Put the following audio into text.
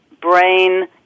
brain